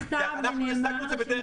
אנחנו השגנו את זה בדרך